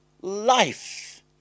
life